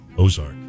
Ozark